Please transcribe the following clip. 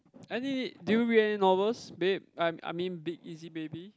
any do you read any novels babe I I mean big easy baby